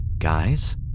guys